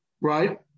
right